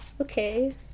okay